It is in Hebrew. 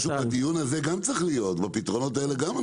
צריך להיות משהו גם בדיון הזה וגם בפתרונות האלה.